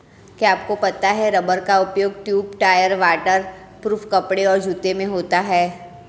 क्या आपको पता है रबर का उपयोग ट्यूब, टायर, वाटर प्रूफ कपड़े, जूते में होता है?